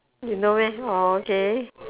you know meh orh okay